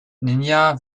ninja